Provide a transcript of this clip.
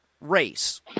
race